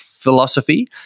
philosophy